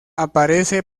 aparece